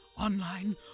online